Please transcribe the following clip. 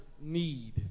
need